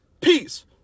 peace